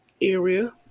area